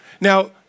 Now